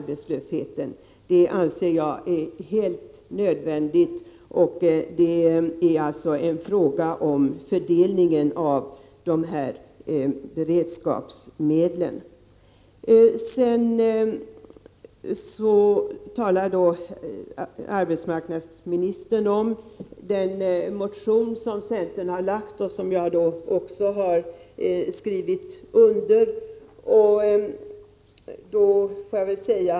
Jag anser det vara helt nödvändigt att tillämpa det synsättet vid fördelningen av beredskapsmedlen. Arbetsmarknadsministern talar om den motion som centern har väckt och som också jag har skrivit under.